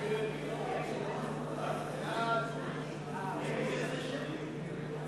קבוצת סיעת קדימה, קבוצת סיעת בל"ד וקבוצת סיעת